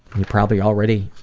you probably already,